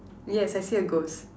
yes I see a ghost